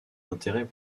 intérêt